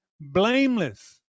blameless